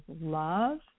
love